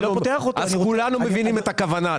כולנו מבינים את הכוונה,